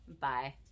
bye